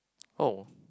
oh